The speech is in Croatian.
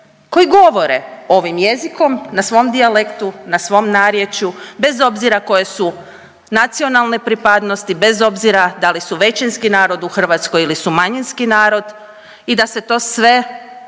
koji govore ovim jezikom na svom dijalektu, na svom narječju bez obzira koje su nacionalne pripadnosti, bez obzira da li su većinski narod u Hrvatskoj ili su manjinski narod i da se to sve